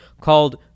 called